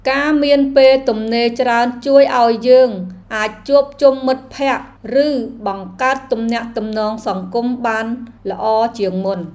ការមានពេលទំនេរច្រើនជួយឱ្យយើងអាចជួបជុំមិត្តភក្តិ ឬបង្កើតទំនាក់ទំនងសង្គមបានល្អជាងមុន។